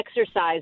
exercise